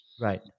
Right